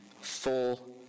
full